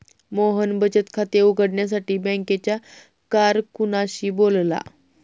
मोहन बचत खाते उघडण्यासाठी बँकेच्या कारकुनाशी बोलला